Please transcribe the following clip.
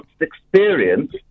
experience